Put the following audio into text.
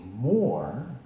More